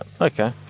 Okay